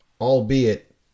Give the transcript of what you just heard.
Albeit